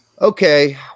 Okay